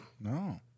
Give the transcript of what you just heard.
No